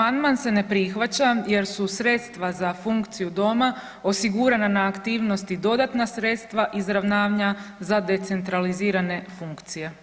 Amandman se ne prihvaća jer su sredstva za funkciju doma osigurana na aktivnosti dodatna sredstva izravnanja za decentralizirane funkcije.